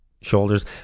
shoulders